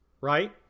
right